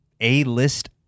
A-list